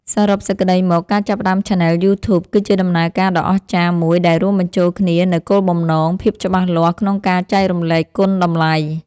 សរុបសេចក្ដីមក ការចាប់ផ្តើមឆានែលយូធូប គឺជាដំណើរការដ៏អស្ចារ្យមួយដែលរួមបញ្ចូលគ្នានូវ គោលបំណង ភាពច្បាស់លាស់ក្នុងការចែករំលែកគុណតម្លៃ ។